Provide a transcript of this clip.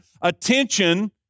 attention